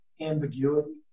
ambiguity